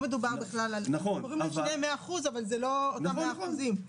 קוראים לשניהם 100%, אבל זה לא אותם מאה אחוזים.